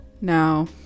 Now